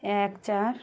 এক চার